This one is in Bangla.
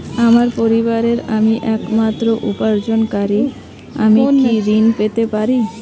আমার পরিবারের আমি একমাত্র উপার্জনকারী আমি কি ঋণ পেতে পারি?